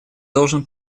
должен